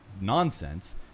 nonsense